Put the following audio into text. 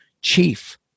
chief